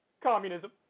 communism